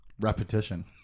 repetition